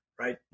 Right